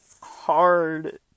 hard